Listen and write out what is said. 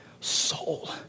soul